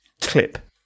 clip